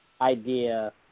idea